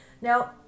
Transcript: Now